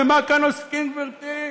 ובמה כאן עוסקים, גברתי?